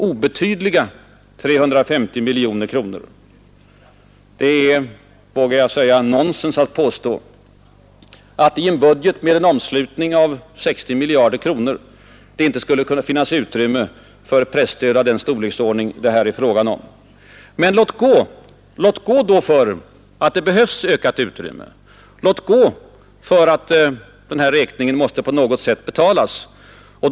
Jag vågar säga att det är rent nonsens att påstå att i en budget med en omslutning av 60 miljarder kronor det icke skulle finnas utrymme för ett presstöd av den storleksordning det här är fråga om. Men låt gå för att det behövs ökat utrymme och för att räkningen på något sätt måste betalas!